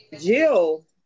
Jill